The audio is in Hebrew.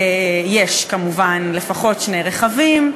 יש כמובן לפחות שני רכבים.